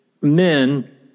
men